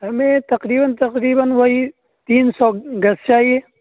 ہمیں تقریباً تقریباً وہی تین سو گز چاہیے